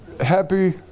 happy